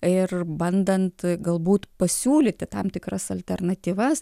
ir bandant galbūt pasiūlyti tam tikras alternatyvas